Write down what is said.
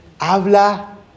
Habla